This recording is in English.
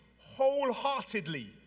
wholeheartedly